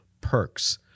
perks